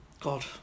God